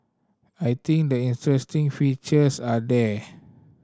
I think the interesting features are there